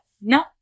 No